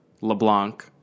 LeBlanc